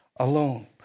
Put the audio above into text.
alone